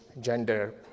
gender